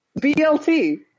BLT